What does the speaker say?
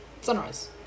Sunrise